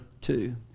two